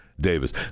Davis